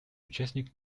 участник